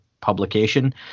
publication